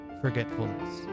forgetfulness